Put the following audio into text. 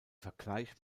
vergleich